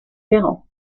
ferrand